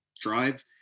drive